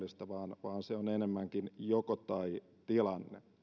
ei ole mahdollista vaan se on enemmänkin joko tai tilanne